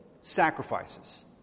sacrifices